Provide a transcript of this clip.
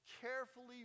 carefully